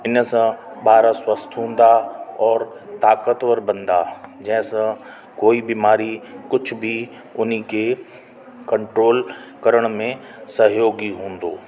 इनसां ॿार स्वस्थ्य हूंदा और ताकतवर बनदा जंहिंसां कोई बीमारी कुझु बि उन्हीअ खे कंट्रोल करण में सहयोगी हूंदो